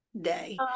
day